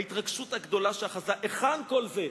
ההתרגשות הגדולה שאחזה, היכן כל זה?